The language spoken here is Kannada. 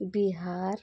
ಬಿಹಾರ